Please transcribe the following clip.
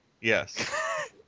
Yes